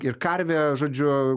ir karvė žodžiu